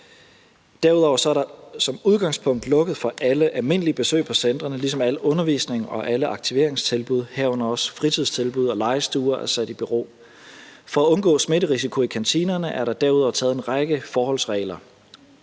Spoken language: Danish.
og der er som udgangspunkt desuden lukket for alle almindelige besøg på centrene, ligesom alle undervisnings- og alle aktiveringstilbud, herunder også fritidstilbud og legestuer, er sat i bero. For at undgå smitterisiko i kantiner er der derudover taget en række forholdsregler,